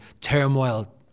Turmoil